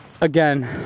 again